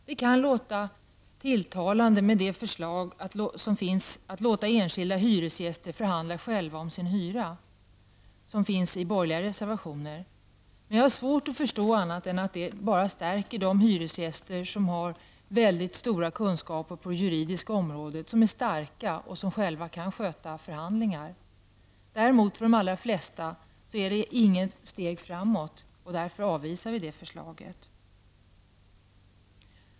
Det kan låta tilltalande att, som föreslås i borgerliga reservationer, låta enskilda hyresgäster själva förhandla om sin hyra. Men jag har svårt att förstå annat än att det bara skulle stärka de hyresgäster som har stora juridiska kunskaper, som är starka och som själva kan sköta förhandlingar. Däremot är det för de allra flesta inget steg framåt. Vi avvisar därför detta förslag.